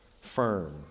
firm